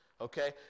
Okay